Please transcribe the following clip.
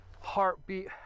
heartbeat